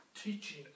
teaching